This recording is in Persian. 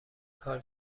کار